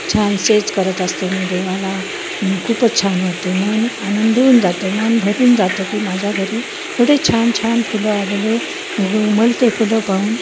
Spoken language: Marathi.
छान सेज करत असते मी देवाला खूपच छान वाटते मन आनंदून जातं मन भरून जातं की माझ्या घरी एवढे छान छान फुलं आलेले उ उमलते फुलं पाहून